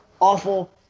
awful